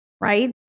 Right